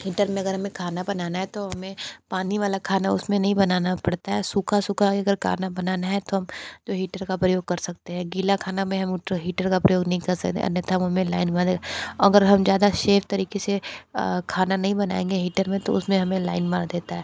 heater में अगर हमें खाना बनाना है तो हमें पानी वाला खाना उसमें नहीं बनाना पड़ता है सूखा सूखा है अगर खाना बनाना है तो हम तो हिटर का प्रयोग कर सकते हैं गीला खाना में हम हिटर का प्रयोग नहीं कर सकते अन्यथा वो हमें लाइन मरेगा अगर हम ज़्यादा सेफ़ तरीके से खाना नहीं बनाएंगे हिटर में तो उसमें हमें लाइन मार देता है